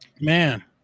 man